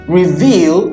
reveal